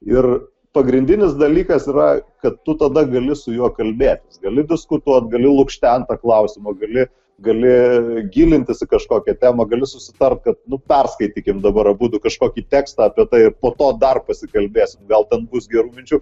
ir pagrindinis dalykas yra kad tu tada gali su juo kalbėtis gali diskutuot gali lukštent tą klausimą gali gali gilintis į kažkokią temą gali susitart kad nu perskaitykim dabar abudu kažkokį tekstą apie tai ir po to dar pasikalbėsim gal ten bus gerų minčių